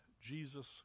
Jesus